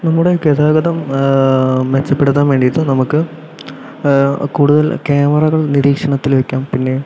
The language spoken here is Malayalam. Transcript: നമ്മുടെ ഗതാഗതം മെച്ചപ്പെടുത്താൻ വേണ്ടീട്ട് നമുക്ക് കൂടുതൽ ക്യാമറകൾ നിരീക്ഷണത്തിൽ വെക്കാം പിന്നെ